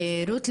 רות,